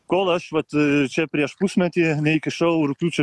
kol aš vat čia prieš pusmetį neįkišau rugpjūčio